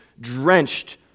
drenched